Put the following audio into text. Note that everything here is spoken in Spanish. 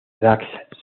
prats